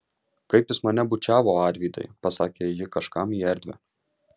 kaip jis mane bučiavo arvydai pasakė ji kažkam į erdvę